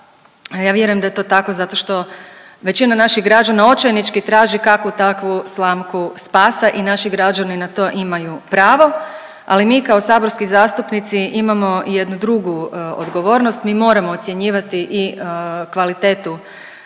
Ja vjerujem da je to tako zato što većina naših građana očajnički traži kakvu takvu slamku spasa i naši građani na to imaju pravo, ali mi kao saborski zastupnici imamo jednu drugu odgovornost, mi moramo ocjenjivati i kvalitetu